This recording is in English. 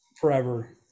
forever